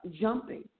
jumping